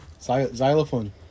Xylophone